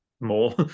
more